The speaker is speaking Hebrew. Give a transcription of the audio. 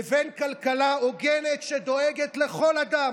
לבין כלכלה הוגנת, שדואגת לכל אדם,